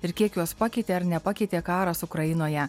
ir kiek juos pakeitė ar nepakeitė karas ukrainoje